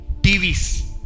TVs